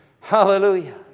Hallelujah